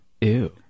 ew